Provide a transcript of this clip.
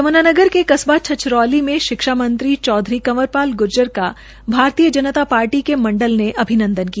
यमुनानगर के कस्बा छछरौली में शिक्षामंत्री चौधरी कंवर पाल गूर्जर का भारतीय जनता पार्टी के मंडल ने अभिनंदन किया